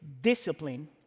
discipline